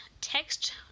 text